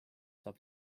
saab